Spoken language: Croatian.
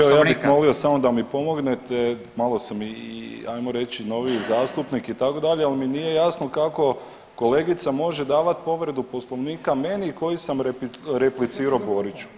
Evo ja bih molio samo da mi pomognete, malo sam ajmo reći i noviji zastupnik itd., ali mi nije jasno kako kolegica može davati povredu poslovnika meni koji sam replicirao Boriću.